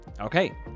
Okay